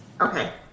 Okay